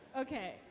Okay